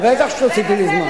בטח שתוסיפי לי זמן.